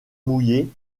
mouillée